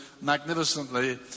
magnificently